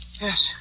Yes